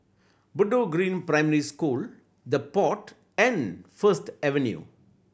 Bedok Green Primary School The Pod and First Avenue